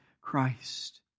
Christ